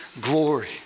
glory